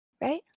right